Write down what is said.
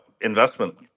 investment